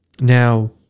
now